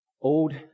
old